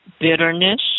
Bitterness